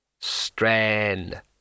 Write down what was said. Strand